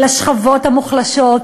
לשכבות המוחלשות,